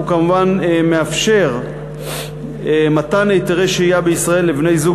הוא כמובן מאפשר מתן היתרי שהייה בישראל לבני-זוג